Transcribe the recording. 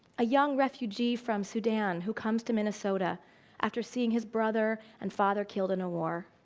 a young refugee from sudan who comes to minessota after seeing his brother and father killed in a war?